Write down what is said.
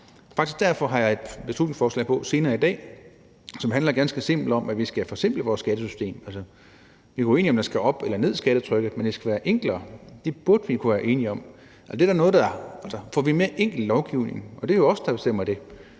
derfor har jeg et beslutningsforslag på senere i dag, som ganske simpelt handler om, at vi skal forsimple vores skattesystem. Vi kan være enige eller uenige i, at skattetrykket skal op eller ned, men det skal være enklere. Det burde vi kunne være enige om. Får vi mere enkel lovgivning? Det er jo os, der bestemmer det.